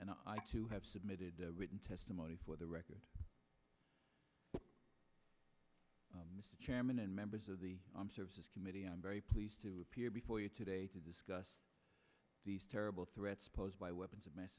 and i too have submitted written testimony for the record mr chairman and members of the services committee i'm very pleased to appear before you today to discuss these terrible threats posed by weapons of mass